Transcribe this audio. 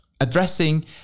addressing